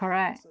correct